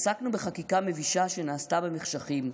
עסקנו בחקיקה מבישה שנעשתה במחשכים,